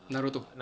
naruto